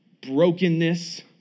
brokenness